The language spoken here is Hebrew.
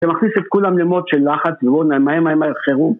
‫שמכניס את כולם למוד של לחץ, מהר מהר מהר, חירום.